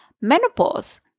menopause